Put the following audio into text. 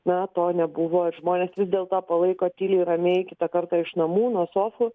na to nebuvo ir žmonės vis dėlto palaiko tyliai ramiai kitą kartą iš namų nuo sofų